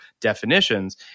definitions